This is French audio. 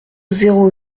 zéro